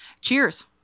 Cheers